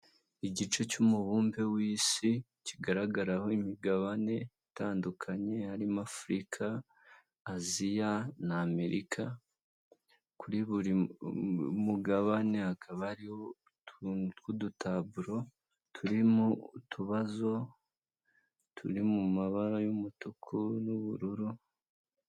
Igice cy'umubumbe w'isi kigaragaraho imigabane itandukanye harimo afurika, aziya na amerika. Kuri buri mugabane hakaba hariho utuntu tw'udutaburo turimo utubazo, turi mu mabara y'umutuku n'ubururu.